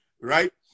right